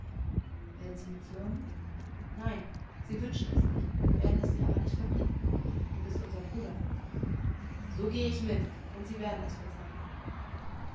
werden sie mir zürnen nein sie wünschen es nicht werden es dir aber nicht verbieten du bist unser bruder so gehe ich mit und sie werden es verzeihen